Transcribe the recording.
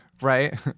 right